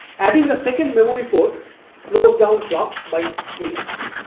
adding the second memory port slows down clock by eight times.